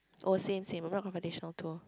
oh same same I'm not gonna take additional tour